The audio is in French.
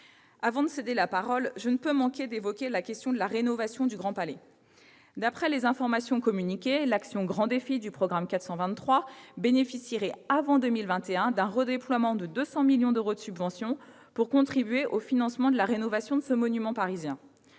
Avant de céder la parole, je ne peux manquer d'évoquer la question de la rénovation du Grand Palais. D'après les informations communiquées, l'action Grands défis du programme 423 bénéficierait avant 2021 d'un redéploiement de 200 millions d'euros de subventions pour contribuer au financement de la rénovation de ce monument parisien.